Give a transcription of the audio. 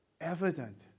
evident